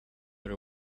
were